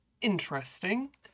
Interesting